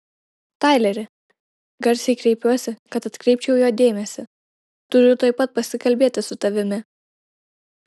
taileri garsiai kreipiuosi kad atkreipčiau jo dėmesį turiu tuoj pat pasikalbėti su tavimi